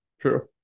True